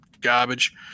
garbage